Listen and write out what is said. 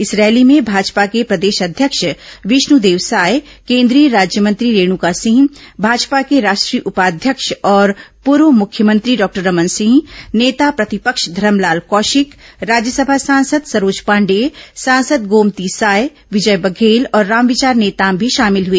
इस रैली में भाजपा के प्रदेश अध्यक्ष विष्णुदेव साय केन्द्रीय राज्यमंत्री रेणुका सिंह भाजपा के राष्ट्रीय उपाध्यक्ष और पूर्व मुख्यमंत्री डॉक्टर रमन सिंह नेता प्रतिपक्ष धरमलाल कौशिक राज्यसभा सांसद सरोज पांडेय सांसद गोमती साय विजय बघेल और रामविचार नेताम भी शामिल हुए